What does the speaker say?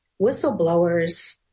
whistleblowers